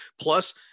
plus –